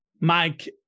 Mike